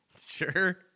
Sure